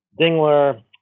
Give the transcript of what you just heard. Dingler